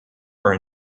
are